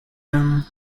him